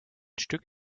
stück